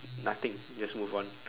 nothing just move on